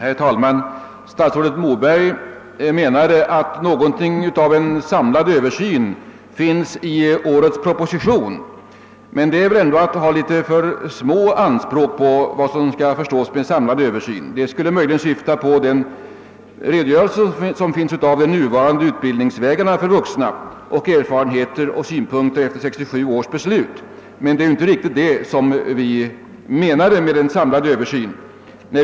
Herr talman! Statsrådet Moberg menade att någonting av en samlad översyn finns i årets proposition, men det är väl ändå att ha litet för små anspråk på vad som skall förstås med en samlad översyn. Det skulle möjligen syfta på den redogörelse som finns för de nuvarande utbildningsvägarna för vuxna samt för de erfarenheter och synpunkter som framkommit efter 1967 års beslut. Det är dock inte riktigt detta vi menat när vi talat om en samlad översyn.